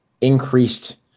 increased